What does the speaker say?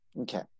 Okay